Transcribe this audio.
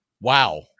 Wow